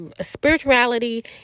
spirituality